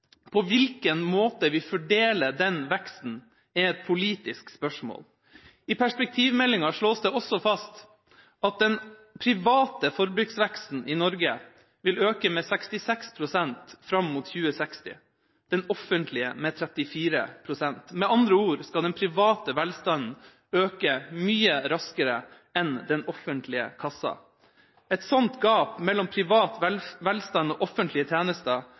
På hvilken måte vi fordeler den veksten, er et politisk spørsmål. I perspektivmeldinga slås det også fast at den private forbruksveksten i Norge vil øke med 66 pst. fram mot 2060, og den offentlige med 34 pst. Med andre ord skal den private velstanden øke mye raskere enn den offentlige kassa. Et sånt gap mellom privat velstand og offentlige tjenester